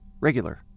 regular